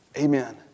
amen